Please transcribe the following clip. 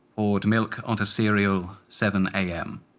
poured milk onto cereal seven am.